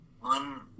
One